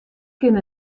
kin